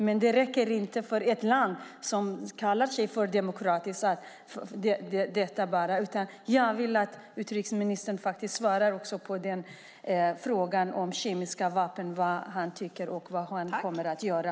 Men det räcker inte för ett land som kallar sig demokratiskt. Jag vill att utrikesministern svarar på frågan om kemiska vapen och om vad han tycker och vad han kommer att göra.